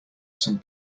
some